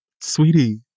Sweetie